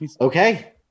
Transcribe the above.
Okay